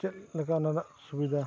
ᱪᱮᱫ ᱞᱮᱠᱟ ᱚᱸᱰᱮᱱᱟᱜ ᱥᱩᱵᱤᱫᱷᱟ